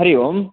हरिः ओम्